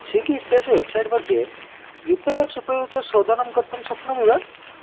Swiggy इत्यस्य website मध्ये U P Fs उपयुज्य शोधनं कर्तुं शक्नोमि वा